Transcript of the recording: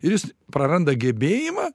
ir jis praranda gebėjimą